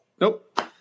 Nope